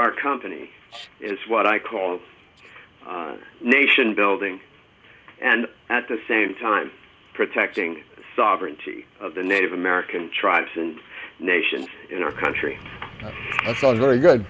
our company is what i call nation building and at the same time protecting sovereignty of the native american tribes and nations in our country very good